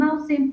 מה עושים.